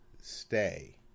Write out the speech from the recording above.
stay